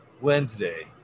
Wednesday